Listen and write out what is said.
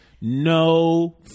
No